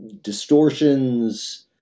distortions